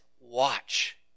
watch